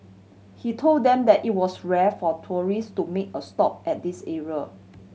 he told them that it was rare for tourists to make a stop at this area